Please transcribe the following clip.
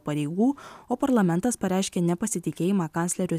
pareigų o parlamentas pareiškė nepasitikėjimą kancleriu